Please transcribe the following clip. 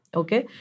okay